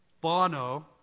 Bono